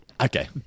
Okay